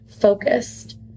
focused